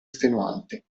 estenuante